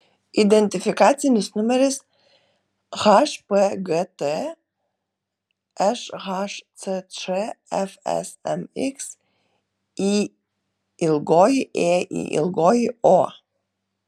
identifikacinis numeris hpgt šhcč fsmx yėyo